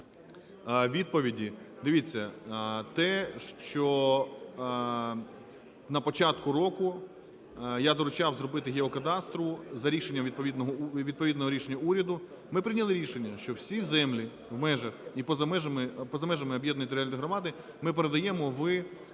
відповіді, дивіться, те, що на початку року я доручав зробитиГеокадастру за рішенням відповідного рішення уряду, ми прийняли рішення, що всі землі в межах і поза межами об'єднаної територіальної громади ми передаємо в